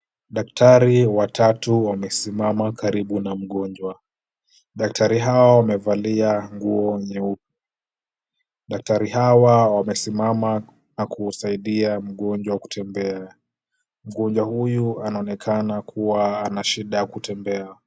Daktari watatu wamesimama karibu na mgonjwa. Daktari hawa wamevalia nguo nyeupe. Daktari hawa wamesimama na kusaidia mgonjwa kutembea. Mgonjwa huyu anaonekana kuwa ana shida ya kutembea.